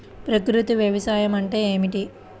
ప్రకృతి వ్యవసాయం అంటే ఏమిటి?